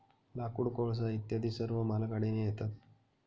लाकूड, कोळसा इत्यादी सर्व मालगाडीने येतात